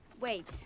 Wait